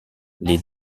les